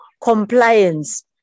compliance